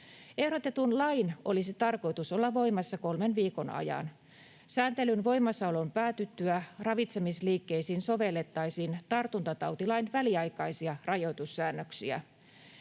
Ehdotetun lain olisi tarkoitus olla voimassa kolmen viikon ajan. Sääntelyn voimassaolon päätyttyä ravitsemisliikkeisiin sovellettaisiin tartuntatautilain väliaikaisia rajoitussäännöksiä.